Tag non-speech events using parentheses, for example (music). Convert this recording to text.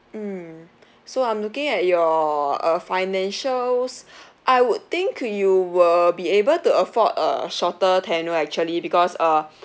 mm so I'm looking at your uh financial (breath) I would think you were be able to afford a shorter tenure actually because uh